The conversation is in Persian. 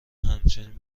همچنین